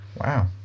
Wow